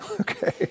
Okay